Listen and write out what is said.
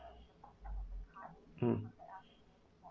um